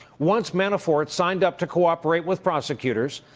once manafort signed up to cooperate with prosecutors,